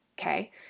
okay